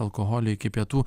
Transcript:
alkoholį iki pietų